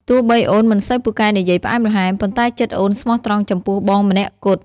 ទោះបីអូនមិនសូវពូកែនិយាយផ្អែមល្ហែម ប៉ុន្តែចិត្តអូនស្មោះត្រង់ចំពោះបងម្នាក់គត់។